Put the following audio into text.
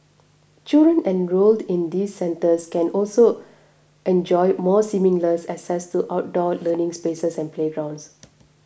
children enrolled in these centres can also enjoy more seamless access to outdoor learning spaces and playgrounds